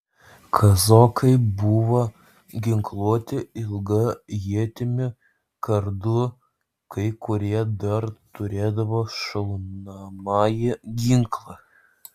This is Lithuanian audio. kazokai buvo ginkluoti ilga ietimi kardu kai kurie dar turėdavo šaunamąjį ginklą